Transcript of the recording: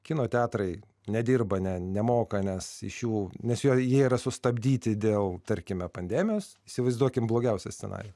kino teatrai nedirba ne nemoka nes iš jų nes jo jie yra sustabdyti dėl tarkime pandemijos įsivaizduokim blogiausią scenarijų